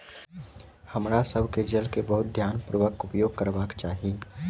हमरा सभ के जल के बहुत ध्यानपूर्वक उपयोग करबाक चाही